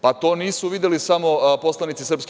Pa, to nisu videli samo poslanici SNS.